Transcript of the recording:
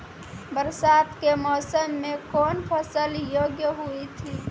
बरसात के मौसम मे कौन फसल योग्य हुई थी?